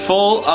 Full